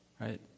right